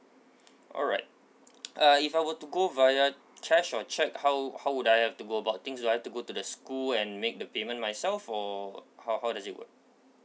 alright uh if I were to go via cash or check how how would I have to go about things do I have to go to the school and make the payment myself or how how does it work